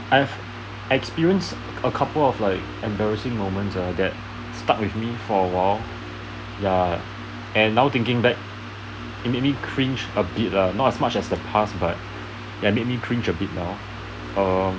I have experience a couple of like embarrassing moment ah that stuck with me for a while ya and now thinking back it made me cringe a bit lah not as much as the past but ya made me cringe a bit now err